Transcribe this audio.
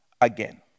again